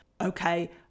okay